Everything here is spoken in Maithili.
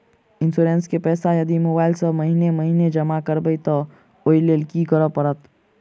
इंश्योरेंस केँ पैसा यदि मोबाइल सँ महीने महीने जमा करबैई तऽ ओई लैल की करऽ परतै?